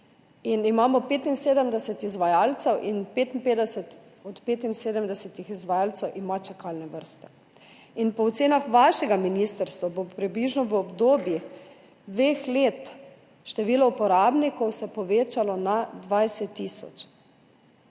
Imamo 75 izvajalcev in 55 od 75 izvajalcev ima čakalne vrste. Po ocenah vašega ministrstva se bo približno v obdobju dveh let število uporabnikov povečalo na 20 tisoč.